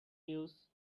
use